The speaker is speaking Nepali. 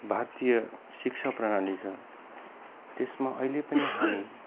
भारतीय शिक्षा प्रणाली छ त्यसमा अहिले पनि हामी